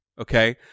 okay